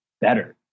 better